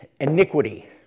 iniquity